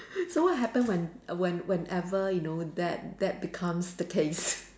so what happen when when whenever you know that that becomes the case